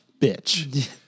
Bitch